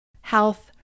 health